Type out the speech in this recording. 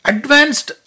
Advanced